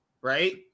right